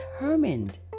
determined